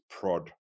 prod